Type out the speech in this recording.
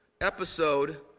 episode